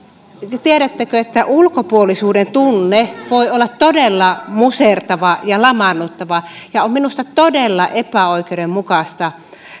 tiedättekö että ulkopuolisuuden tunne voi olla todella musertava ja lamaannuttava on minusta todella epäoikeudenmukaista